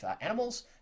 Animals